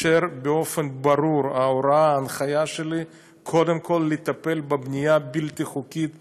ובאופן ברור ההנחיה שלי היא קודם כול לטפל בבנייה הבלתי-חוקית שם,